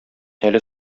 әле